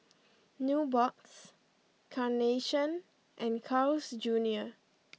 Nubox Carnation and Carl's Junior